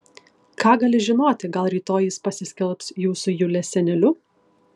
ką gali žinoti gal rytoj jis pasiskelbs jūsų julės seneliu